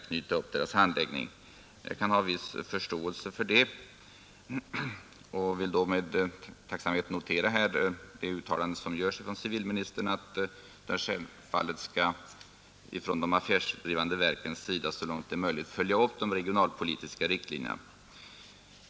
Jag har en viss förståelse för det. Jag noterar också med tacksamhet det uttalande som civilministern gör, att man från de affärsdrivande verkens sida så långt möjligt skall följa upp de regionalpolitiska riktlinjerna.